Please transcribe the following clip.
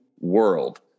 world